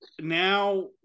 now